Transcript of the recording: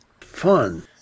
Fun